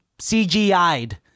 CGI'd